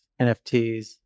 NFTs